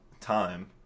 time